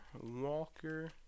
Walker